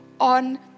on